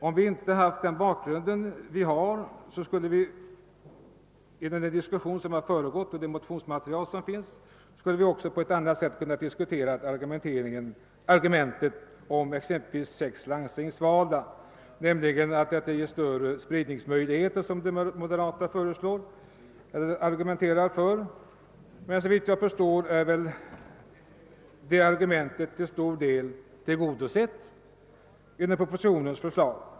Om vi inte haft den bakgrund vi har skulle vi ha kunnat på ett helt annat sätt diskutera argumentet för sex landstingsvalda, nämligen att detta ger större spridningsmöjligheter, som de moderata hävdar, men såvitt jag förstår är det önskemålet till stor del tillgodosett genom propositionen.